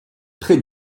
près